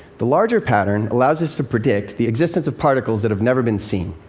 the larger pattern allows us to predict the existence of particles that have never been seen.